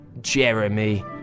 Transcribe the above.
Jeremy